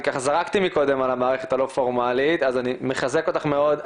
אני מחזק אותך מאוד.